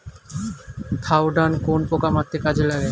Thiodan কোন পোকা মারতে কাজে লাগে?